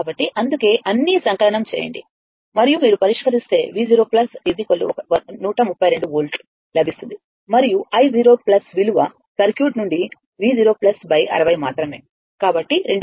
కాబట్టి అందుకే అన్నీ సంకలనం చేయండి మరియు మీరు పరిష్కరిస్తే V0 132 వోల్ట్ లభిస్తుంది మరియు i విలువ సర్క్యూట్ నుండి V0 60 మాత్రమే కాబట్టి 2